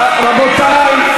רבותי,